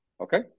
Okay